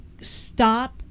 stop